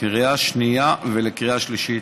לקריאה שנייה ולקריאה שלישית.